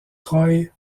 troy